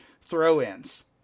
throw-ins